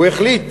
והוא החליט